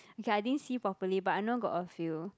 okay I didn't see properly but I know got a few